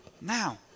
now